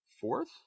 fourth